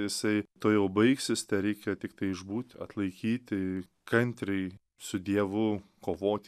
jisai tuojau baigsis tereikia tiktai išbūt atlaikyti kantriai su dievu kovot